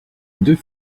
deux